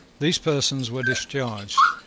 these persons were discharged,